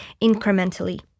incrementally